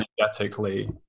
energetically